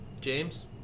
James